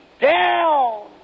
down